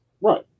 Right